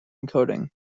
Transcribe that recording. encoding